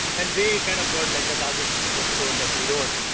and they kind of worked like the largest pieces of code that we wrote.